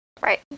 Right